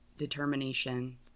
determination